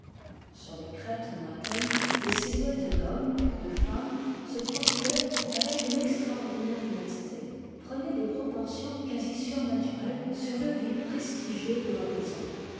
sur les crêtes lointaines des silhouettes d'hommes de femmes s e profilaient avec une extraordi naire netteté prenaient des proportions quasi surnaturelles sur le vide prestigieux de